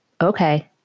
okay